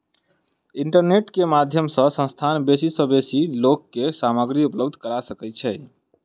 internet के माध्यम सॅ संस्थान बेसी सॅ बेसी लोक के सामग्री उपलब्ध करा सकै छै